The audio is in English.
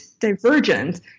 divergent